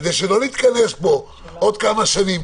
כדי שלא נתכנס פה בעוד כמה שנים,